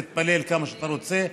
תתפלל כמה שאתה רוצה,